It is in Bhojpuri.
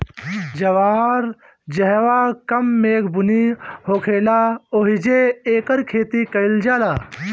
जवार जहवां कम मेघ बुनी होखेला ओहिजे एकर खेती कईल जाला